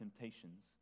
temptations